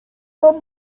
mam